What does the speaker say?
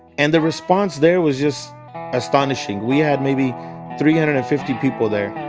and the response there was just astonishing. we had maybe three hundred and fifty people there.